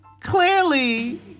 clearly